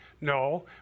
No